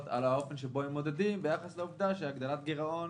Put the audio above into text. על האופן שבו הן מודדות ביחס לעובדה שהגדלת גירעון,